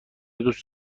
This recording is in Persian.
دوست